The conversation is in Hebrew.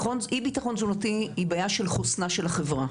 אי ביטחון תזונתי, היא בעיה של חוסנה של החברה.